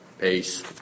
Peace